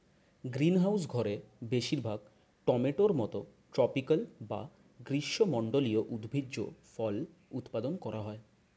greenhouse ঘরে বেশিরভাগ টমেটোর মতো ট্রপিকাল বা গ্রীষ্মমন্ডলীয় উদ্ভিজ্জ ফল উৎপাদন করা হয়